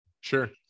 Sure